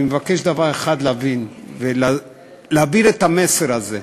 אני מבקש דבר אחד להבין ולהעביר את המסר הזה: